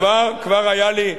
כבר היה לי,